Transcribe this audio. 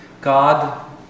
God